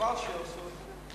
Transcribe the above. חבל שהרסו את זה.